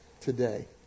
today